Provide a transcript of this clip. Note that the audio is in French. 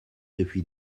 depuis